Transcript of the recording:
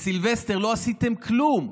בסילבסטר לא עשיתם כלום.